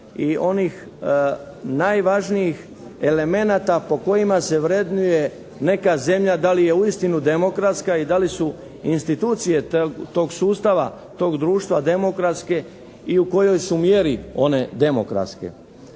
i onih najvažnijih elemenata po kojima se vrednuje neka zemlja da li je uistinu demokratska i da li su institucije tog sustava, tog društva demokratski i u kojoj su mjeri one demokratske.